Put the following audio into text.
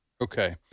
okay